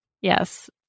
Yes